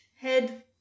head